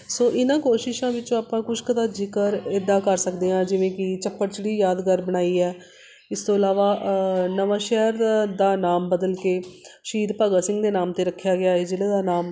ਸੋ ਇਹਨਾਂ ਕੋਸ਼ਿਸ਼ਾਂ ਵਿੱਚੋਂ ਆਪਾਂ ਕੁਛ ਕੁ ਦਾ ਜ਼ਿਕਰ ਇੱਦਾਂ ਕਰ ਸਕਦੇ ਹਾਂ ਜਿਵੇਂ ਕਿ ਚੱਪੜਚਿੜੀ ਯਾਦਗਾਰ ਬਣਾਈ ਹੈ ਇਸ ਤੋਂ ਇਲਾਵਾ ਨਵਾਂ ਸ਼ਹਿਰ ਦਾ ਦਾ ਨਾਮ ਬਦਲ ਕੇ ਸ਼ਹੀਦ ਭਗਤ ਸਿੰਘ ਦੇ ਨਾਮ 'ਤੇ ਰੱਖਿਆ ਗਿਆ ਏ ਜ਼ਿਲ੍ਹੇ ਦਾ ਨਾਮ